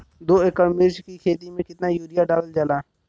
दो एकड़ मिर्च की खेती में कितना यूरिया डालल जाला?